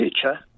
future